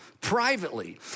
privately